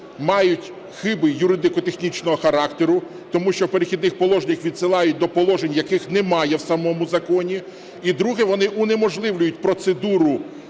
мають хиби юридично-технічного характеру, тому що у "Перехідних положеннях" відсилають до положень, яких немає в самому законі. І, друге, вони унеможливлюють процедуру,